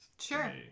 sure